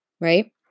right